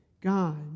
God